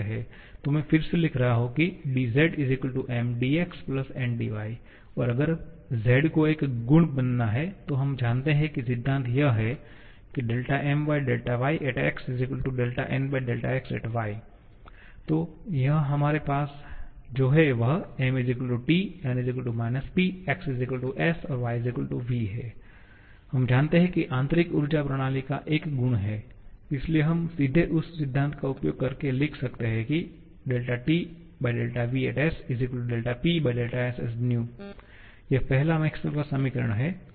तो मैं फिर से लिख रहा हूं कि dz Mdx Ndy और अगर z को एक गुण बनना है तो हम जानते हैं कि सिद्धांत यह है MyxNxy तो यहाँ हमारे पास जो है वह 𝑀 ≡ 𝑇 𝑁 ≡ −𝑃 𝑥 ≡ 𝑠 𝑦 ≡ 𝑣 हम जानते हैं कि आंतरिक ऊर्जा प्रणाली का एक गुण है इसलिए हम सीधे उस सिद्धांत का उपयोग करके लिख सकते हैं की TvsPsv यह पहला मैक्सवेल का समीकरण Maxwells equation है